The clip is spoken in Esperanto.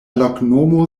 loknomo